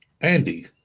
Andy